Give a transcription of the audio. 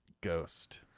Ghost